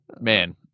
man